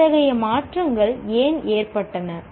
இத்தகைய மாற்றங்கள் ஏன் ஏற்பட்டன